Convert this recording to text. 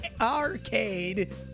Arcade